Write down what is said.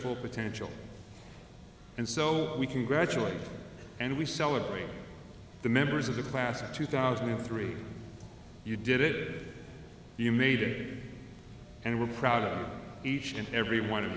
full potential and so we congratulate and we celebrate the members of the class of two thousand and three you did it you made it and we're proud of each and every one